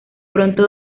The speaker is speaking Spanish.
pronto